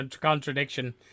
contradiction